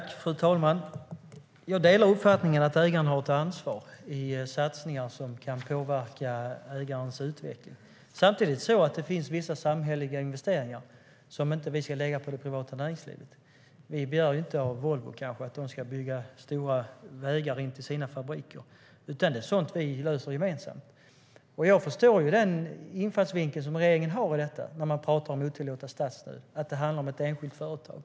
Fru talman! Jag delar uppfattningen att ägarna har ett ansvar när det gäller satsningar som kan påverka ägarens utveckling. Samtidigt finns det vissa samhälleliga investeringar som vi inte ska lägga på det privata näringslivet. Vi begär kanske inte av Volvo att de ska bygga stora vägar in till sina fabriker, utan det är sådant som vi löser gemensamt. Jag förstår den infallsvinkel som regeringen har i detta när man talar om otillåtna statsstöd och att det handlar om ett enskilt företag.